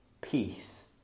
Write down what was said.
peace